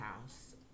house